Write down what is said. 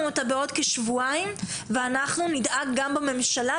אותה עוד כשבועיים ואנחנו נדאג גם בממשלה.